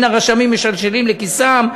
אין הרשמים משלשלים לכיסם.